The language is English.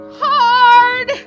hard